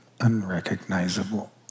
unrecognizable